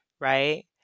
right